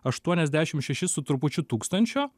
aštuoniasdešim šešis su trupučiu tūkstančio